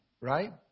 right